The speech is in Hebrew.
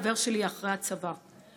חברת הכנסת אתי עטייה,